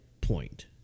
point